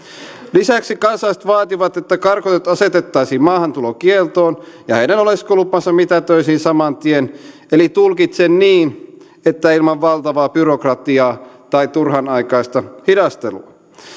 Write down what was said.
lisäksi kansalaiset vaativat että karkotetut asetettaisiin maahantulokieltoon ja heidän oleskelulupansa mitätöitäisiin saman tien eli tulkitsen niin että ilman valtavaa byrokratiaa tai turhanaikaista hidastelua